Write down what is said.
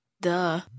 Duh